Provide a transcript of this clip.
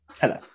Hello